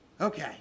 Okay